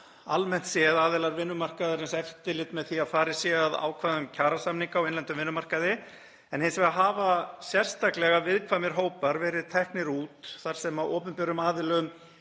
almennt séð aðilar vinnumarkaðarins eftirlit með því að farið sé að ákvæðum kjarasamninga á innlendum vinnumarkaði en hins vegar hafa sérstaklega viðkvæmir hópar verið teknir út þar sem opinberum aðilum